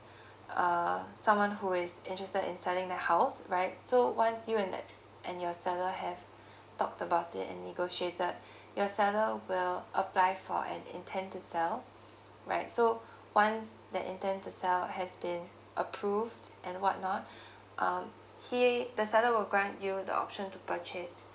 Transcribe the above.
uh someone who is interested in selling the house right so once you and that and your seller have talk about it and negotiated your seller will apply for an intent to sell right so once that intent to sell has been approved and what not um he the seller will grant you the option to purchase